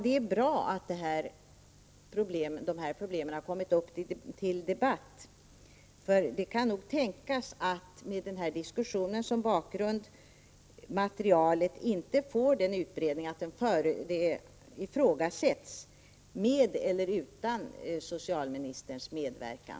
Det är bra att dessa problem har kommit upp till debatt. Det kan nog tänkas att med den här diskussionen som bakgrund materialet inte får större utbredning utan att det ifrågasätts — med eller utan socialministerns medverkan.